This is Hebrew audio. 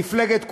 מפלגת כולנו,